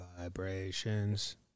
vibrations